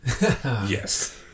Yes